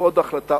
ובעוד החלטה,